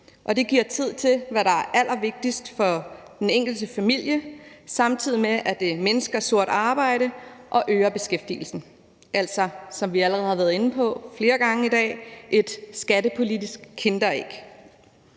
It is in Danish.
det giver tid til, hvad der er allervigtigst for den enkelte familie, samtidig med at det mindsker sort arbejde og øger beskæftigelsen. Altså er det, som vi allerede har været inde på flere gange i dag, et skattepolitisk kinderæg.